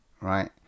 right